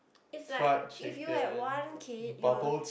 it's like if you had one kid you will